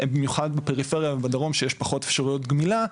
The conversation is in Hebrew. במיוחד בפריפריה ובדרום שיש פחות אפשריות גמילה,